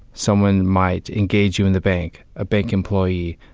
someone might engage you in the bank, a bank employee,